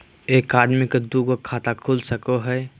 एक आदमी के दू गो खाता खुल सको है?